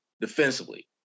defensively